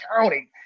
counting